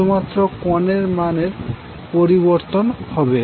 শুধুমাত্র কোণের মানের পরিবর্তন হবে